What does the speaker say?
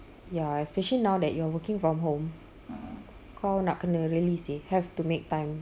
ya especially now that you are working from home kau nak kena really seh have to make time